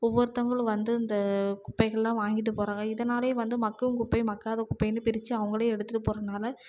ஒவ்வொருத்தவங்களும் வந்து இந்த குப்பைகள்லாம் வாங்கிட்டு போகிறாங்க இதனாலேயே வந்து மக்கும் குப்பை மக்காத குப்பைன்னு பிரித்து அவங்களே எடுத்துகிட்டு போறதுனால